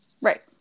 right